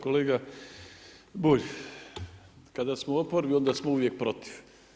Kolega Bulj, kada smo u oporbi onda smo uvijek protiv.